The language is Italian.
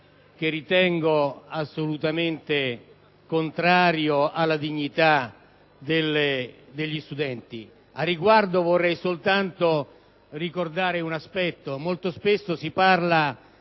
che ritengo assolutamente contrario alla dignità degli studenti. A tale riguardo, vorrei ricordare che molto spesso si parla